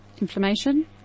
inflammation